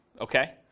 okay